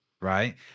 Right